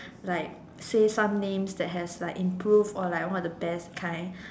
like say some names that has like improved or one of the best kind